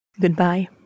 Goodbye